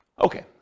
okay